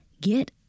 Get